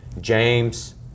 James